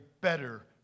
better